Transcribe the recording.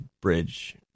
bridge